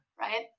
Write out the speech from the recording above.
right